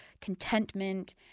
contentment